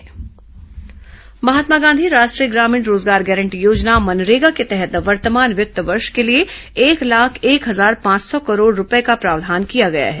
MNREGA budget Mahatma Gandhi राष्ट्रीय ग्रामीण रोजगार गारंटी योजना मनरेगा के तहत वर्तमान वित्त वर्ष के लिए एक लाख एक हजार पांच सौ करोड रुपये का प्रावधान किया गया है